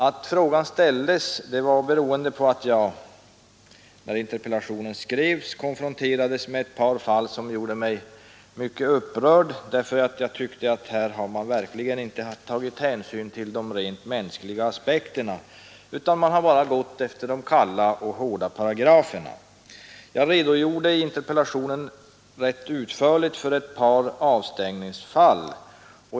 Att frågan ställdes var beroende på att jag när interpellationen skrevs konfronterades med ett par fall som gjorde mig mycket upprörd därför att jag tyckte att här hade man verkligen inte tagit hänsyn till rent mänskliga aspekter utan man hade bara gått efter kalla och hårda paragrafer. Jag redogjorde i interpellationen rätt utförligt för ett par avstängningsfall.